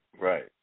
Right